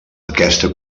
aquesta